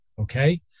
okay